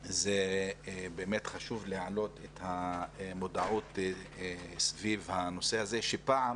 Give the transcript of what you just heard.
זה חשוב להעלות את המודעות סביב הנושא הזה שפעם